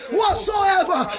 whatsoever